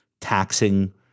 taxing